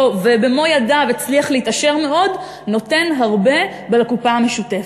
ובמו-ידיו הצליח להתעשר מאוד נותן הרבה לקופה המשותפת.